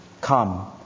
Come